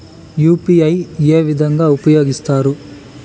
UPI ఏ విధంగా ఉపయోగిస్తారు?